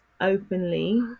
openly